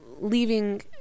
leaving